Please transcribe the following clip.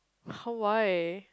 how why